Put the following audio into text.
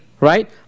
right